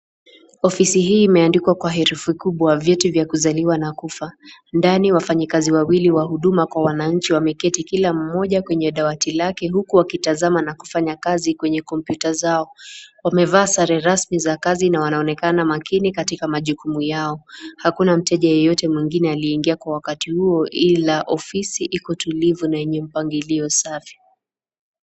Ofisi hii imeandikwa kwa herufi kubwa: Vyeti vya kuzaliwa na kufa. Ndani wafanyikazi wawili wa huduma kwa wananchi wameketi, kila mmoja kwenye dawati lake huku akitazama na kufanya kazi kwenye kompyuta zao. Wamevaa sare rasmi za kazi na wanaonekana makini katika majukumu yao. Hakuna mteja yeyote mwengine yeyote aliyeingia kwa wakati huo ila ofisi iko tulivu na yenye mpangilio safi.